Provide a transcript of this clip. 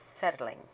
settling